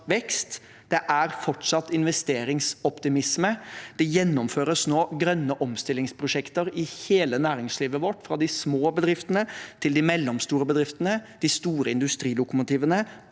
Det er fortsatt investeringsoptimisme. Det gjennomføres nå grønne omstillingsprosjekter i hele næringslivet vårt, fra de små bedriftene til de mellomstore bedriftene og de store industrilokomotivene